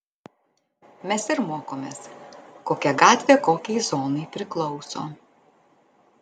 mes ir mokomės kokia gatvė kokiai zonai priklauso